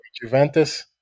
Juventus